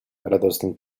radosnym